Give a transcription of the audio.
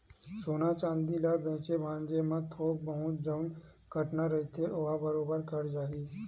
सोना चांदी ल बेंचे भांजे म थोक बहुत जउन कटना रहिथे ओहा बरोबर कट जाही